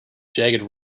jagged